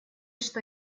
что